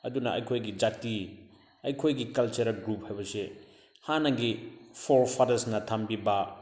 ꯑꯗꯨꯅ ꯑꯩꯈꯣꯏꯒꯤ ꯖꯥꯇꯤ ꯑꯩꯈꯣꯏꯒꯤ ꯀꯜꯆꯔꯦꯜ ꯒ꯭ꯔꯨꯞ ꯍꯥꯏꯕꯁꯦ ꯍꯥꯟꯅꯒꯤ ꯐꯣꯔ ꯐꯥꯗꯔꯁꯅ ꯊꯝꯕꯤꯕ